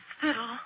Hospital